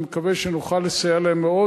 אני מקווה שנוכל לסייע להם מאוד.